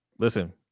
Listen